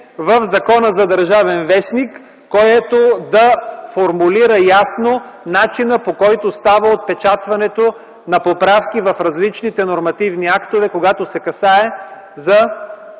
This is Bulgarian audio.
в Закона за „Държавен вестник”, което да формулира ясно начина по който става отпечатването на поправки в различните нормативни актове, когато се касае за